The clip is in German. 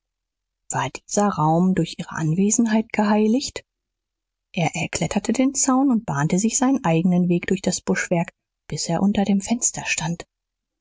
war dieser raum durch ihre anwesenheit geheiligt er erkletterte den zaun und bahnte sich seinen eigenen weg durch das buschwerk bis er unter dem fenster stand